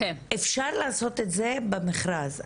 אפשר לעשות את זה במכרז,